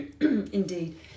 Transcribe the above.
indeed